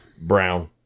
Brown